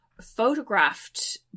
Photographed